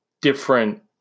different